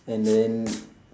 and then